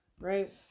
right